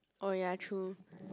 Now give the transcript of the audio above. oh ya true